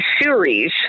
series